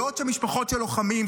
בעוד משפחות של לוחמים,